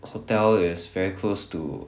hotel is very close to